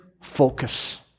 focus